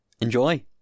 Enjoy